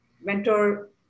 mentor